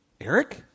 Eric